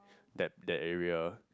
that that area